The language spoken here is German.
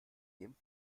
dem